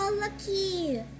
Lucky